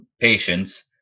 patients